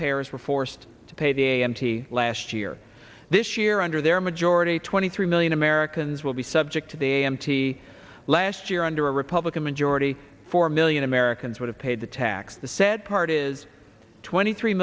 payers were forced to pay the a m t last year this year under their majority twenty three million americans will be subject to the a m t last year under a republican majority four million americans would have paid the tax the said part is twenty three